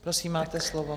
Prosím, máte slovo.